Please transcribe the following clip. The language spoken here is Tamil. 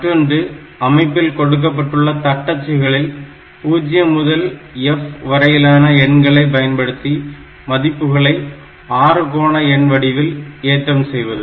மற்றொன்று அமைப்பில் கொடுக்கப்பட்டுள்ள தட்டச்சுகளில் 0 முதல் F வரையிலான எண்களை பயன்படுத்தி மதிப்புகளை ஆறுகோண எண்வடிவில் ஏற்றம் செய்வது